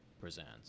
presents